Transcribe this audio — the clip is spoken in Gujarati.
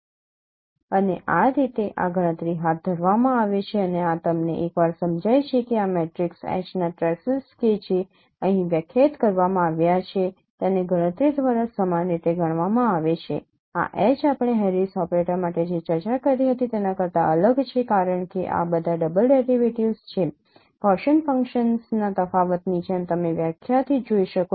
અને આ રીતે આ ગણતરી હાથ ધરવામાં આવે છે અને આ તમને એકવાર સમજાય છે કે આ મેટ્રિક્સ H ના ટ્રેસિસ કે જે અહીં વ્યાખ્યાયિત કરવામાં આવ્યા છે તેને ગણતરી દ્વારા સમાન રીતે ગણવામાં આવે છે આ H આપણે હેરિસ ઓપરેટર માટે જે ચર્ચા કરી હતી તેના કરતાં અલગ છે કારણ કે આ બધા ડબલ ડેરિવેટિવ્ઝ છે ગૌસીયન ફંક્શન્સના તફાવતની જેમ તમે વ્યાખ્યાથી જોઈ શકો છો